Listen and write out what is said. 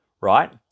right